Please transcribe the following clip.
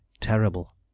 terrible